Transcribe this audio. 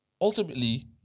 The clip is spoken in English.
ultimately